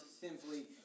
simply